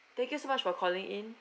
thank you so much for calling in